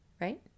right